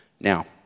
Now